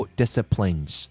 disciplines